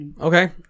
Okay